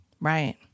Right